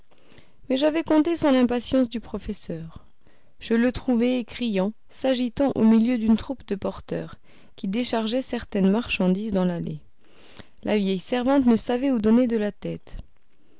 mais j'avais compté sans l'impatience du professeur je le trouvai criant s'agitant au milieu d'une troupe de porteurs qui déchargeaient certaines marchandises dans l'allée la vieille servante ne savait où donner de la tête